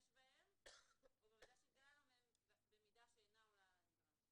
בהם ובמידה שאינה עולה על הנדרש".